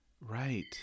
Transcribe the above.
Right